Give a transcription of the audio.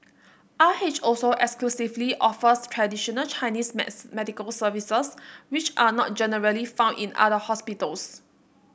R H also exclusively offers traditional Chinese maths medical services which are not generally found in other hospitals